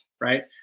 right